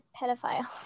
pedophile